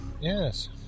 Yes